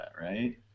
right